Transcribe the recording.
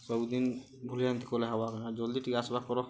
ସବୁଦିନ୍ ଭଲିଆ ଏନ୍ତି କଲେ ହେବା କେଁ ଜଲ୍ଦି ଟିକେ ଆସ୍ବା କର